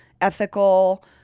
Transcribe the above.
ethical